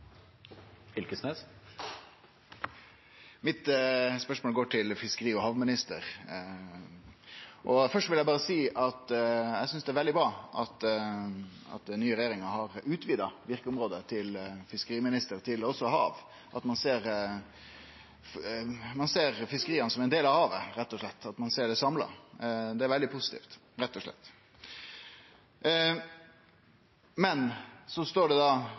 går til fiskeri- og havministeren. Først vil eg berre seie at eg synest det er veldig bra at den nye regjeringa har utvida verkeområdet til fiskeriministeren også til hav, at ein rett og slett ser fiskeria som ein del av havet, at ein ser det samla. Det er veldig positivt. I går kom ei pressemelding frå regjeringa om at det